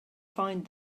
find